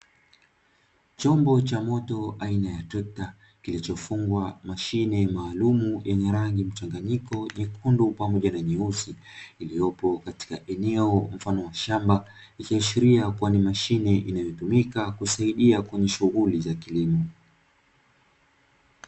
Chombo cha moto aina ya trekta kilichofungwa mashine maalumu yenye rangi mchanganyiko nyekundu pamoja na nyeusi, iliyopo katika eneo mfano wa shamba ikiashiria kuwa ni mashine inayosaidia kwenye shughuli za kilimo.